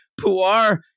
Puar